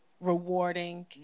rewarding